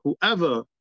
whoever